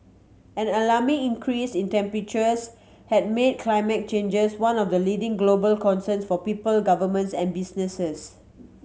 an alarming increase in temperatures has made climate changes one of the leading global concerns for people governments and businesses